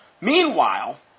Meanwhile